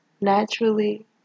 naturally